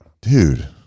dude